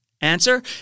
Answer